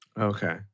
Okay